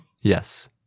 Yes